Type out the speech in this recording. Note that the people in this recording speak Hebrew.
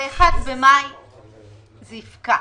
ב-1 במאי זה יפקע,